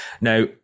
Now